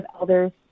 elders